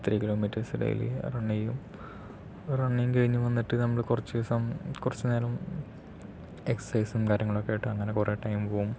three kilometres daily run ചെയ്യും running കഴിഞ്ഞ് വന്നിട്ട് നമ്മൾ കുറച്ച് ദിവസം കുറച്ച് നേരം എക്സസൈസ് കാര്യങ്ങളൊക്കെ ആയിട്ട് അങ്ങനെ കൊറേ ടൈം പോകും